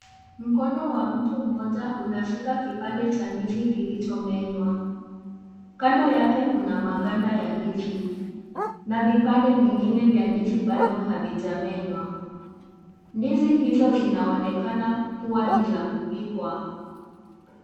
Mkono wa mtu mmoja unashika kipande cha ndizi kilicho menywa kando yake kuna maganda ya ndizi na vipande vingine vya ndizi bado havijamenywa ndizi hizo zinaonekana kuwa ni za kupikwa.